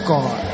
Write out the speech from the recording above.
God